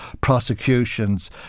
prosecutions